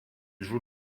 joue